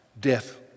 death